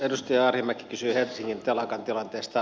edustaja arhinmäki kysyi helsingin telakan tilanteesta